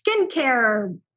skincare